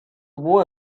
war